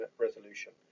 resolution